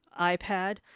iPad